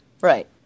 Right